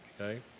Okay